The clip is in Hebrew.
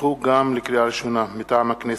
לקריאה ראשונה, מטעם הכנסת: